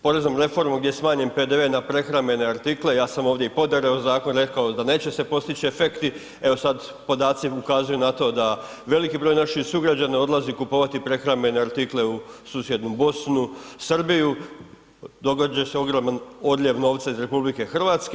Poreznom reformom gdje je smanjen PDV na prehrambene artikle, ja sam ovdje i ... zakon, rekao da neće se postići efekti, evo sad podaci ukazuju na to da veliki broj naših sugrađana odlazi kupovati prehrambene artikle u susjednu Bosnu, Srbiju, događa se ogroman odljev novca iz RH.